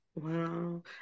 Wow